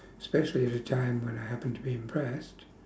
especially at a time when I happened to be impressed